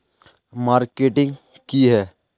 Marketing की है?